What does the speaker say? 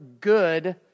good